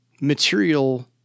material